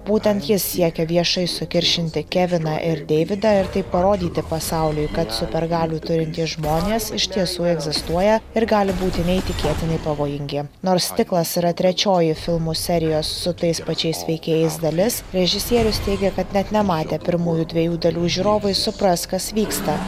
būtent jis siekia viešai sukiršinti kelviną ir deividą ir taip parodyti pasauliui kad supergalių turintys žmonės iš tiesų egzistuoja ir gali būti neįtikėtinai pavojingi nors stiklas yra trečioji filmų serijos su tais pačiais veikėjais dalis režisierius teigia kad net nematę pirmųjų dviejų dalių žiūrovai supras kas vyksta